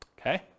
okay